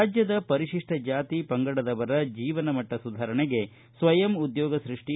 ರಾಜ್ಯದ ಪರಿಶಿಷ್ಟ ಜಾತಿ ಪಂಗಡದವರ ಜೀವನಮಟ್ಟ ಸುಧಾರಣೆಗೆ ಸ್ವಯಂ ಉದ್ಯೋಗ ಸೃಷ್ಟಿ